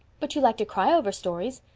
but you like to cry over stories?